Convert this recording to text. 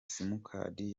simukadi